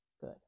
good